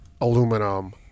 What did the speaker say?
aluminum